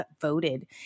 voted